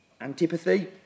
antipathy